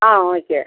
ஆ okay